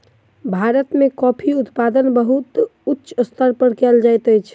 भारत में कॉफ़ी उत्पादन बहुत उच्च स्तर पर कयल जाइत अछि